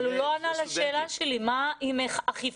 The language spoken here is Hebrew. אבל הוא לא ענה לשאלה שלי לגבי האכיפה.